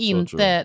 Inte